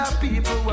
people